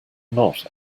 not